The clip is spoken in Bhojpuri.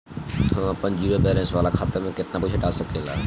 हम आपन जिरो बैलेंस वाला खाता मे केतना पईसा डाल सकेला?